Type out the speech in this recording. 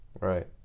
Right